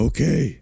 Okay